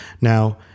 Now